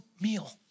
meal